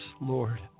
Lord